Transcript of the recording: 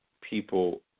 people